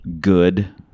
good